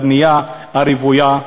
הבנייה הרוויה,